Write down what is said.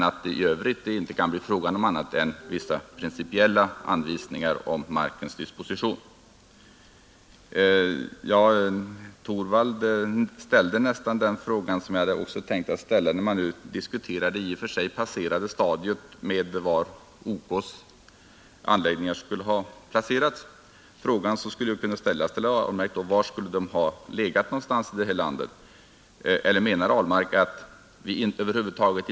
Men i övrigt kan det inte bli fråga om annat — Den fysiska riksplaän vissa principiella anvisningar om markens disposition. neringen m.m. Herr Torwald framställde nästan den fråga som jag själv hade tänkt framföra, när vi nu diskuterar ett i och för sig passerat stadium. Han undrade var OK:s anläggningar skulle ha placerats. Frågan skulle kunna ställas till herr Ahlmark. Var i landet skulle de ha legat? Eller menar herr Ahlmark att vi inte skulle ha den här typen av industri över huvud taget?